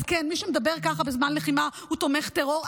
אז כן, מי שמדבר ככה בזמן לחימה הוא תומך טרור.